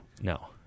No